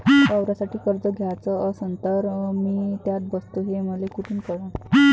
वावरासाठी कर्ज घ्याचं असन तर मी त्यात बसतो हे मले कुठ कळन?